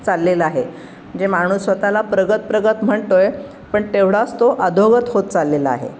चाललेलं आहे जे माणूस स्वतःला प्रगत प्रगत म्हणतो आहे पण तेवढाच तो अधोगत होत चाललेला आहे